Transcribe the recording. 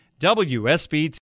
WSBT